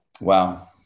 wow